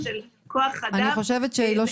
אני חושבת שהיא לא שומעת.